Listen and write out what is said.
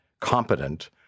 competent